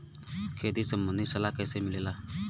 खेती संबंधित सलाह कैसे मिलेला?